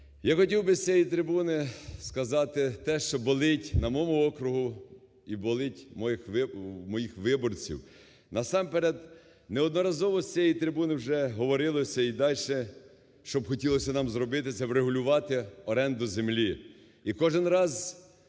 Я хотів би з цієї трибуни сказати те, що болить на моєму окрузі і болить у моїх виборців. Насамперед, неодноразово з цієї трибуни вже говорилося і дальше, щоб хотілося нам зробити, це врегулювати оренду землі. І кожний раз,